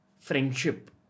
Friendship